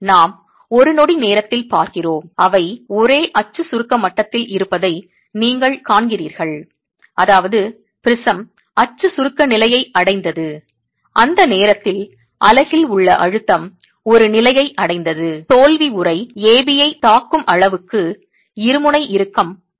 நாம் ஒரு நொடி நேரத்தில் பார்க்கிறோம் அவை ஒரே அச்சு சுருக்க மட்டத்தில் இருப்பதை நீங்கள் காண்கிறீர்கள் அதாவது ப்ரிஸம் அச்சு சுருக்க நிலையை அடைந்தது அந்த நேரத்தில் அலகில் உள்ள அழுத்தம் ஒரு நிலையை அடைந்தது தோல்வி உறை A B ஐத் தாக்கும் அளவுக்கு இருமுனை இறுக்கம் போதுமானது